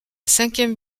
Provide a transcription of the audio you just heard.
cinquième